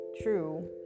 true